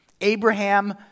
Abraham